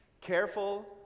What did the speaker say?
careful